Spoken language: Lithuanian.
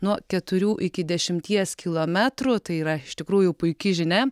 nuo keturių iki dešimties kilometrų tai yra iš tikrųjų puiki žinia